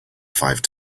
five